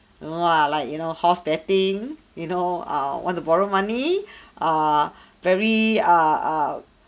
you know ah like you know horse betting you know err want to borrow money err very err err